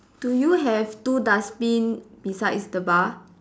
do you have two dustbin besides the bar